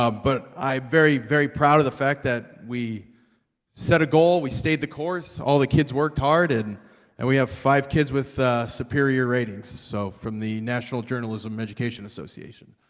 ah but i'm very very proud of the fact that we set a goal. we stayed the course all the kids worked hard and and we have five kids with superior ratings so from the national journalism education association,